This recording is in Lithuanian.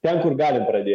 ten kur galim pradėt